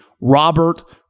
Robert